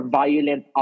violent